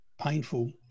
painful